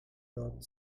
not